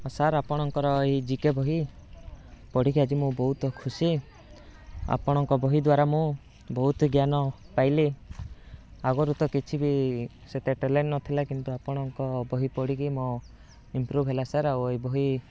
sir ଆପଣଙ୍କର ଏହି G K ବହି ପଢ଼ିକି ଆଜି ମୁଁ ବହୁତ ଖୁସି ଆପଣଙ୍କ ବହି ଦ୍ୱାରା ମୁଁ ବହୁତ ଜ୍ଞାନ ପାଇଲି ଆଗରୁ ତ କିଛି ବି ସେତେ ଟ୍ୟାଲେଣ୍ଟ ନଥିଲା କିନ୍ତୁ ଆପଣଙ୍କ ବହି ପଢ଼ିକି ମୁଁ ଇମ୍ପ୍ରୁଭ ହେଲା ସାର୍ ଆଉ ଏଇ ବହି